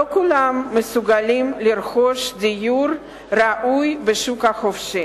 לא כולם מסוגלים לרכוש דיור ראוי בשוק החופשי.